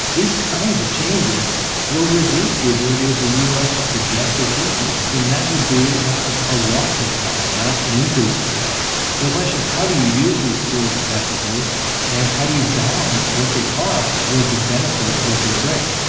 these kinds of changes will reduce the ability of the u s. to project its influence and that would be a ah loss of power, not an increase of power. so the question is how do you use these tools effectively and how do you balance what they cost with the benefit that they bring?